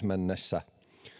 mennessä